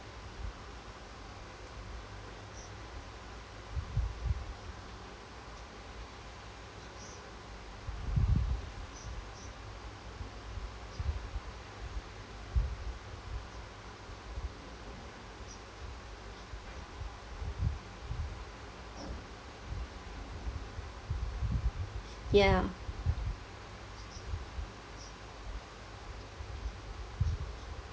ya